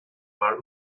mar